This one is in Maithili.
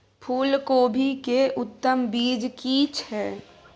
फूलकोबी के उत्तम बीज की छै?